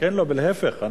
להיפך.